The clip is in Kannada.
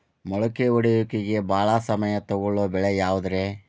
ಮೊಳಕೆ ಒಡೆಯುವಿಕೆಗೆ ಭಾಳ ಸಮಯ ತೊಗೊಳ್ಳೋ ಬೆಳೆ ಯಾವುದ್ರೇ?